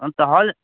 हाँ तो होल